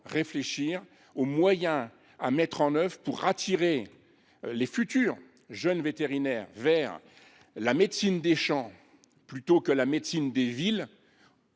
réfléchir aux moyens à mettre en œuvre pour attirer les futurs jeunes vétérinaires vers la médecine des champs, plutôt que la médecine des villes,…